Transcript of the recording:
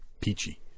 peachy